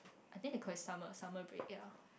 I think they call it summer summer break ya